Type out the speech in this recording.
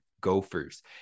Gophers